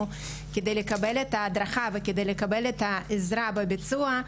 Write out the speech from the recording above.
כדי לקבל את ההדרכה וכדי לקבל את העזרה בביצוע,